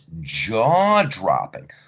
jaw-dropping